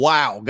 Wow